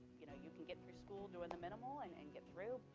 you know you can get through school doing the minimal and and get through,